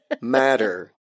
matter